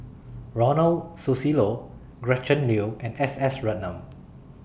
Ronald Susilo Gretchen Liu and S S Ratnam